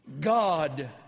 God